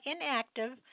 inactive